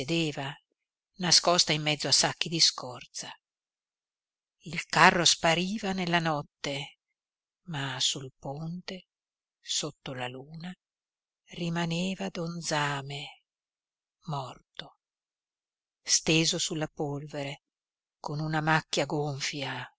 nascosta in mezzo a sacchi di scorza il carro spariva nella notte ma sul ponte sotto la luna rimaneva don zame morto steso sulla polvere con una macchia gonfia